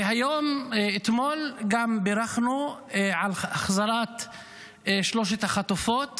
ואתמול גם בירכנו על החזרת שלוש החטופות,